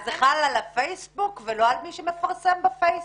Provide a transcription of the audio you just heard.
אז זה חל על הפייסבוק ולא על מי שמפרסם בפייסבוק?